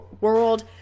world